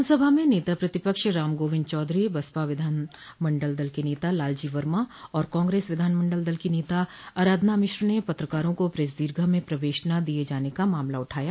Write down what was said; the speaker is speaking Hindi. विधानसभा में नेता प्रतिपक्ष राम गोविंद चौधरी बसपा विधानमंडल दल के नेता लालजी वर्मा और कांग्रेस विधानमंडल दल की नेता आराधना मिश्रा ने पत्रकारों को प्रेस दीर्घा में प्रवेश न दिये जाने का मामला उठाया